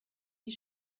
die